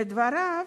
לדבריו,